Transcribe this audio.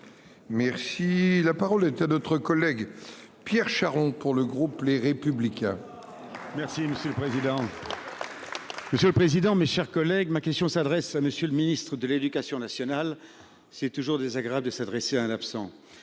Merci la parole est à d'autres collègues Pierre Charon pour le groupe Les Républicains. Merci monsieur le président. Monsieur le président, mes chers collègues, ma question s'adresse à Monsieur le Ministre de l'Éducation nationale, c'est toujours désagréable de s'adresser à un absent